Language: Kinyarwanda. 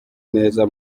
neza